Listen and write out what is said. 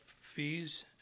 fees